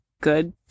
good